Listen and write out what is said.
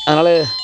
அதனால